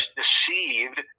deceived